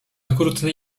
okrutny